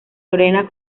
lorena